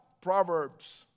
Proverbs